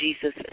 Jesus